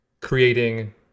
creating